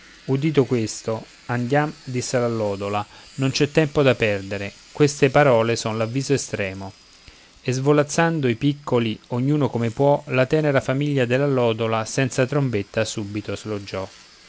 udito questo andiam disse l'allodola non c'è tempo da perdere queste parole son l'avviso estremo e svolazzando i piccoli ognuno come può la tenera famiglia dell'allodola senza trombetta subito